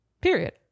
Period